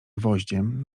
gwoździem